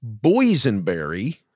boysenberry